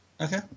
Okay